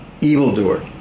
evildoer